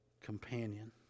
companion